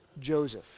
Joseph